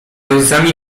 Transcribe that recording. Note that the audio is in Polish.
łzami